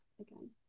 again